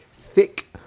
thick